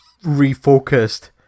refocused